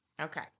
Okay